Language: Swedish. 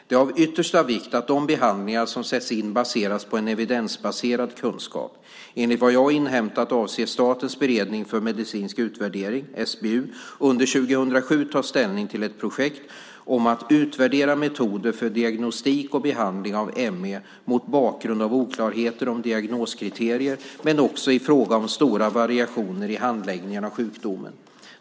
Det är av yttersta vikt att de behandlingar som sätts in baseras på en evidensbaserad kunskap. Enligt vad jag har inhämtat avser Statens beredning för medicinsk utvärdering, SBU, under 2007 att ta ställning till ett projekt om att utvärdera metoder för diagnostik och behandling av ME mot bakgrund av oklarheter om diagnoskriterier men också i fråga om stora variationer i handläggning av sjukdomen.